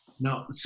Now